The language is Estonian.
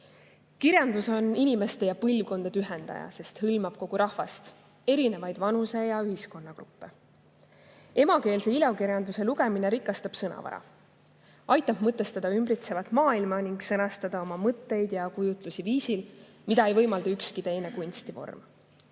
Kirjandus on inimeste ja põlvkondade ühendaja, sest hõlmab kogu rahvast, erinevaid vanuse- ja ühiskonnagruppe. Emakeelse ilukirjanduse lugemine rikastab sõnavara, aitab mõtestada ümbritsevat maailma ning sõnastada oma mõtteid ja kujutlusi viisil, mida ei võimalda ükski teine kunstivorm.